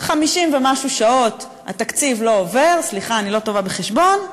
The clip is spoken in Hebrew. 50-ומשהו שעות, סליחה, אני לא טובה בחשבון,